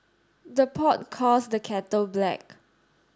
the pot calls the kettle black